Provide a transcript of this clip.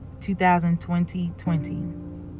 2020